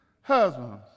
husbands